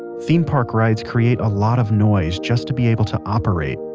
theme park rides create a lot of noise just to be able to operate,